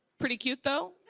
pretty cute though.